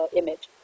image